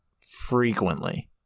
frequently-